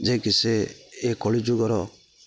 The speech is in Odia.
ଯିଏ କି ସେ ଏ କଳିଯୁଗର